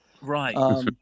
Right